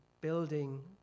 building